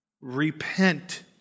Repent